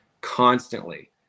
constantly